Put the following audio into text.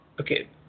Okay